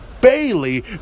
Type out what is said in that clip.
Bailey